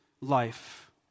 life